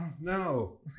No